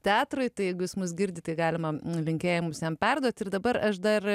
teatrui įtaigius mus girdi tai galima linkėjimus jam perduoti ir dabar aš dar